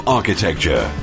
Architecture